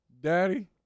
Daddy